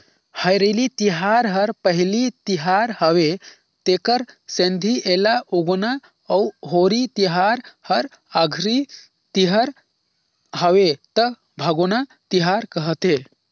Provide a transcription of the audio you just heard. हरेली तिहार हर पहिली तिहार हवे तेखर सेंथी एला उगोना अउ होरी तिहार हर आखरी तिहर हवे त भागोना तिहार कहथें